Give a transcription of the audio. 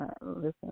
Listen